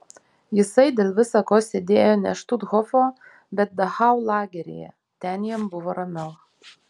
jisai dėl visa ko sėdėjo ne štuthofo bet dachau lageryje ten jam buvo ramiau